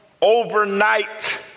overnight